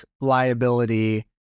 liability